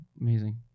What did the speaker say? Amazing